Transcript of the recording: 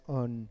on